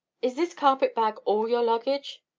is this carpet-bag all your luggage?